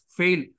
fail